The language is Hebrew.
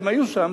והם היו שם,